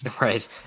Right